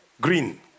green